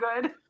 good